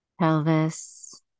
pelvis